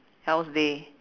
else day